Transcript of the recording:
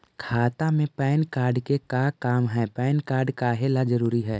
खाता में PAN card के का काम है पैन कार्ड काहे ला जरूरी है?